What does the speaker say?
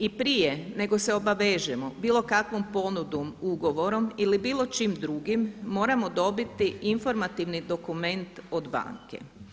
I prije nego se obavežemo bilo kakvom ponudom, ugovorom ili bilo čim drugim moramo dobiti informativni dokument od banke.